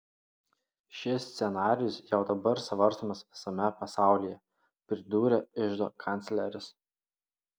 šis scenarijus jau dabar svarstomas visame pasaulyje pridūrė iždo kancleris